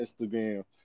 Instagram